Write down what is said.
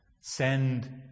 Send